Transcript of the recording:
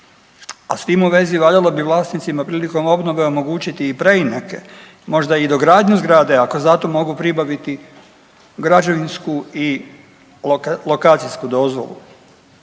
a s tim u vezi valjalo bi vlasnicima prilikom obnove omogućiti i preinake, možda i dogradnju zgrade ako za to mogu pribaviti građevinsku i lokacijsku dozvolu.